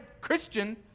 Christian